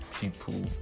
people